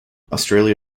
australia